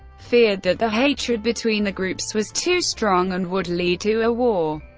feared that the hatred between the groups was too strong and would lead to a war.